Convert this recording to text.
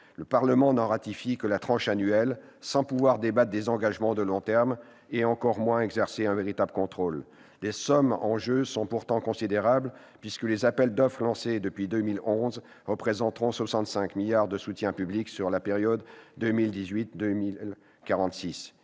le Parlement n'en ratifie que la « tranche annuelle », sans pouvoir débattre des engagements de long terme, et encore moins exercer un véritable contrôle. Les sommes en jeu sont pourtant considérables puisque les appels d'offres lancés depuis 2011 représenteront 65 milliards d'euros de soutien public sur la période 2018-2046.